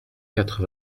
quatre